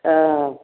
हँ